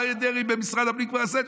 אריה דרעי במשרד הפנים כבר עשה,